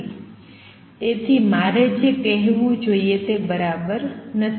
તેથી મારે જે કહેવું જોઈએ તે બરાબર નથી